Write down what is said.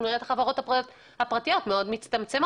נראה את החברות הפרטיות מאוד מצטמצמות.